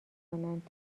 کنند